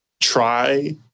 try